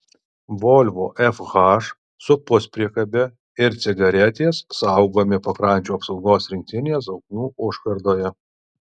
volvo fh su puspriekabe ir cigaretės saugomi pakrančių apsaugos rinktinės zoknių užkardoje